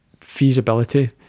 feasibility